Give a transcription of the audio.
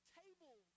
table